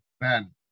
man